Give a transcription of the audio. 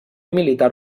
militar